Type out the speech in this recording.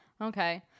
Okay